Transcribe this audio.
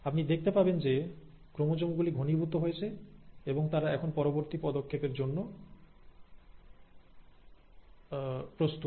আপনি দেখতে পাবেন যে ক্রোমোজোম গুলি ঘনীভূত হয়েছে এবং তারা এখন পরবর্তী পদক্ষেপের জন্য প্রস্তুত